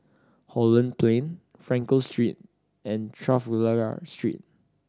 Holland Plain Frankel Street and Trafalgar Street